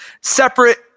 separate